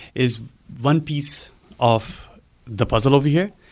is one piece of the puzzle over here.